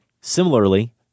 Similarly